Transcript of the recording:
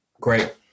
great